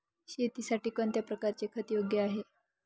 शेतीसाठी कोणत्या प्रकारचे खत योग्य आहे?